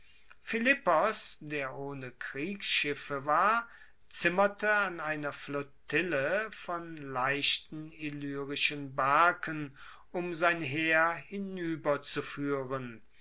philippos der ohne kriegsschiffe war zimmerte an einer flottille von leichten illyrischen barken um sein heer hinueberzufuehren